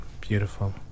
Beautiful